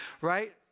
Right